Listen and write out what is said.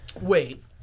Wait